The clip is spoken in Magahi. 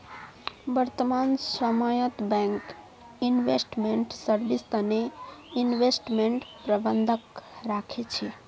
वर्तमान समयत बैंक इन्वेस्टमेंट सर्विस तने इन्वेस्टमेंट प्रबंधक राखे छे